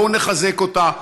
בואו נחזק אותה.